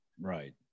Right